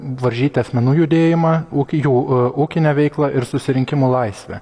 varžyti asmenų judėjimą ūkį jų ūkinę veiklą ir susirinkimų laisvę